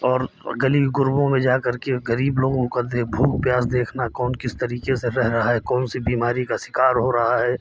और और गली गुरबों में जा कर के गरीब लोगों का देख भूख प्यास देखना कौन किस तरीके से रह रहा है कौन सी बीमारी का शिकार हो रहा है